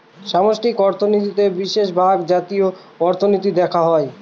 সামষ্টিক অর্থনীতিতে বিশেষভাগ জাতীয় অর্থনীতি দেখা হয়